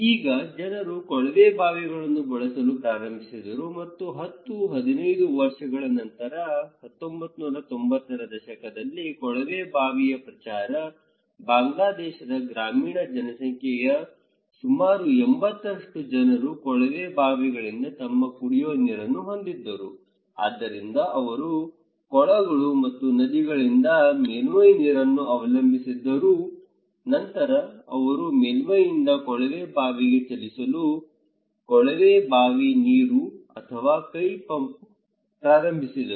ಈಗ ಜನರು ಕೊಳವೆ ಬಾವಿಗಳನ್ನು ಬಳಸಲು ಪ್ರಾರಂಭಿಸಿದರು ಮತ್ತು 10 15 ವರ್ಷಗಳ ನಂತರ 1990 ರ ದಶಕದಲ್ಲಿ ಕೊಳವೆ ಬಾವಿಯ ಪ್ರಚಾರ ಬಾಂಗ್ಲಾದೇಶದ ಗ್ರಾಮೀಣ ಜನಸಂಖ್ಯೆಯ ಸುಮಾರು 80 ರಷ್ಟು ಜನರು ಕೊಳವೆ ಬಾವಿಗಳಿಂದ ತಮ್ಮ ಕುಡಿಯುವ ನೀರನ್ನು ಹೊಂದಿದ್ದರು ಆದ್ದರಿಂದ ಅವರು ಕೊಳಗಳು ಮತ್ತು ನದಿಗಳಿಂದ ಮೇಲ್ಮೈ ನೀರನ್ನು ಅವಲಂಬಿಸಿದ್ದರು ನಂತರ ಅವರು ಮೇಲ್ಮೈಯಿಂದ ಕೊಳವೆ ಬಾವಿಗೆ ಚಲಿಸಲು ಕೊಳವೆ ಬಾವಿ ನೀರು ಅಥವಾ ಕೈ ಪಂಪ್ಗಳು ಪ್ರಾರಂಭಿಸಿದರು